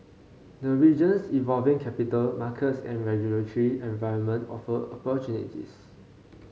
the region's evolving capital markets and regulatory environment offer opportunities